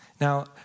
Now